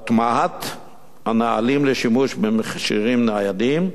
הטמעת הנהלים לשימוש במכשירים ניידים,